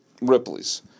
Ripley's